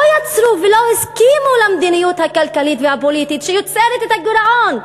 יצרו ולא הסכימו למדיניות הכלכלית והפוליטית שיוצרת את הגירעון.